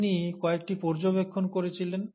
তিনি কয়েকটি পর্যবেক্ষণ করেছিলেন